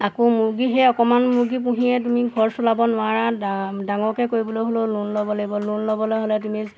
আকৌ মুৰ্গীহে অকণমান মুৰ্গী পুহিয়ে তুমি ঘৰ চলাব নোৱাৰা ডা ডাঙৰকৈ কৰিবলৈ হ'লেও লোন ল'ব লাগিব লোন ল'বলৈ হ'লে তুমি